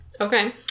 Okay